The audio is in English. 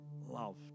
love